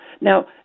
Now